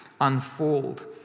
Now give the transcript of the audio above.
unfold